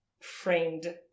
framed